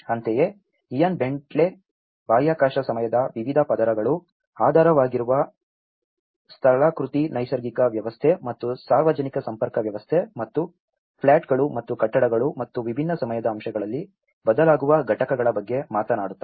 ಅಂತೆಯೇ ಇಯಾನ್ ಬೆಂಟ್ಲಿಯು ಬಾಹ್ಯಾಕಾಶ ಸಮಯದ ವಿವಿಧ ಪದರಗಳು ಆಧಾರವಾಗಿರುವ ಸ್ಥಳಾಕೃತಿ ನೈಸರ್ಗಿಕ ವ್ಯವಸ್ಥೆ ಮತ್ತು ಸಾರ್ವಜನಿಕ ಸಂಪರ್ಕ ವ್ಯವಸ್ಥೆ ಮತ್ತು ಪ್ಲಾಟ್ಗಳು ಮತ್ತು ಕಟ್ಟಡಗಳು ಮತ್ತು ವಿಭಿನ್ನ ಸಮಯದ ಅಂಶಗಳಲ್ಲಿ ಬದಲಾಗುವ ಘಟಕಗಳ ಬಗ್ಗೆ ಮಾತನಾಡುತ್ತಾರೆ